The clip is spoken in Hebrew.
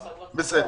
בסדר.